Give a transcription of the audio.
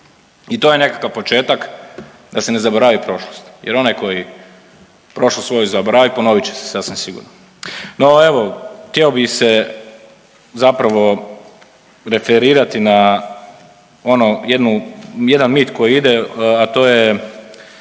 I to je nekakav početak da se ne zaboravi prošlost jer onaj koji prošlost svoju zaboravi ponovit će se sasvim sigurno. No, evo htio bih se zapravo referirati na ono jednu, jedan mit koji ide, a to je